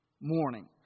morning